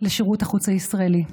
לשירות החוץ הישראלי.